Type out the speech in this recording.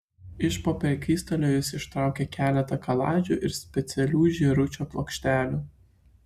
iš po prekystalio jis ištraukė keletą kaladžių ir specialių žėručio plokštelių